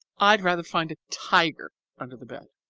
i'd rather find a tiger under the bed.